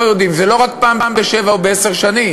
יודעים: זה לא רק פעם בשבע או בעשר שנים,